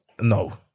No